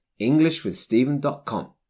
EnglishwithStephen.com